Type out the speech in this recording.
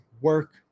work